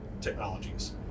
technologies